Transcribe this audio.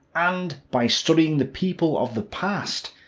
and by studying the people of the past,